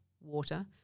water –